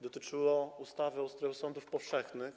Dotyczyło ustawy o ustroju sądów powszechnych.